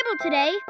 today